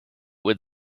would